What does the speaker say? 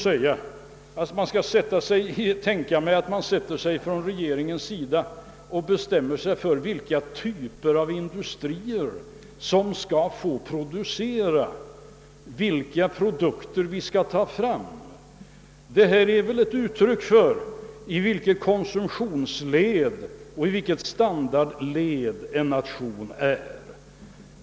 Jag har ganska svårt att tänka mig att regeringen skulle bestämma vilka typer av industrier som skall få producera och vilka produkter som skall få föras ut i marknaden. Produktionsinriktningen är väl ett uttryck för i vilken konsumtionsnivå och standardnivå en nation är.